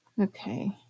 okay